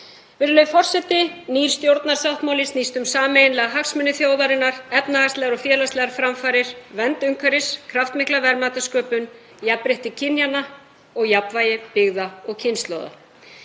Virðulegur forseti. Nýr stjórnarsáttmáli snýst um sameiginlega hagsmuni þjóðarinnar, efnahagslegar og félagslegar framfarir, vernd umhverfis, kraftmikla verðmætasköpun, jafnrétti kynjanna og jafnvægi byggða og kynslóða.